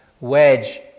wedge